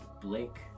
Blake